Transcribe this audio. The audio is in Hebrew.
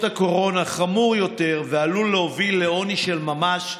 הקורונה חמור יותר ועלול להוביל לעוני של ממש,